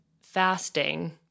fasting